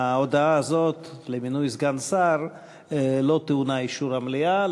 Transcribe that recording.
ההודעה הזאת על מינוי סגן שר לא טעונה אישור המליאה,